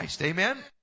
Amen